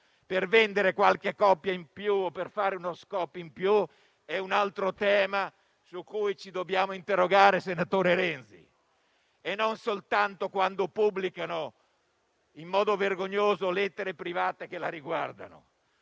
per vendere qualche copia in più o per fare uno *scoop* in più è un altro tema su cui ci dobbiamo interrogare, senatore Renzi; non dobbiamo farlo soltanto quando pubblicano in modo vergognoso lettere private che la riguardano,